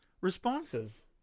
responses